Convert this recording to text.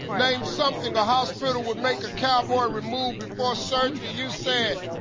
name something a hospital would make a cowboy remove before surgery. you said.